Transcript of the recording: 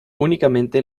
únicamente